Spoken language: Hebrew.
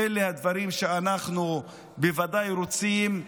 אלה הדברים שאנחנו בוודאי רוצים.